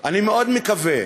אני מאוד מקווה,